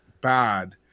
bad